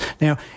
Now